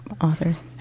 authors